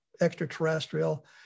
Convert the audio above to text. extraterrestrial